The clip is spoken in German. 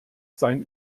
sein